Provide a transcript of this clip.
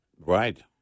Right